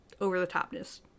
over-the-topness